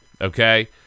Okay